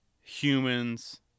humans